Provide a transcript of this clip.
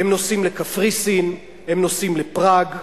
הם נוסעים לקפריסין, הם נוסעים לפראג,